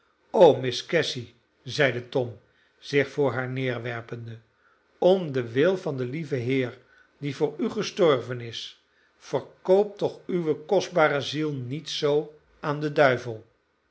o miss cassy zeide tom zich voor haar neerwerpende om den wil van den lieven heer die voor u gestorven is verkoop toch uwe kostbare ziel niet zoo aan den duivel